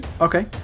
Okay